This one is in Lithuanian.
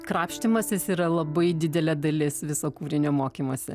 krapštymasis yra labai didelė dalis viso kūrinio mokymosi